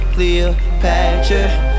Cleopatra